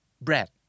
bread